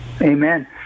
Amen